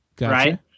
Right